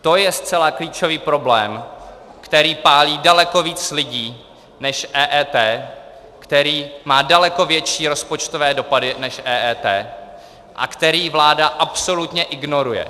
To je zcela klíčový problém, který pálí daleko více lidí než EET, který má daleko větší rozpočtové dopady než EET a který vláda absolutně ignoruje.